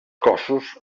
cossos